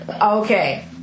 Okay